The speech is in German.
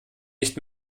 nicht